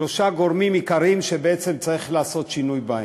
שלושה גורמים עיקריים שבעצם צריך לעשות בהם שינוי,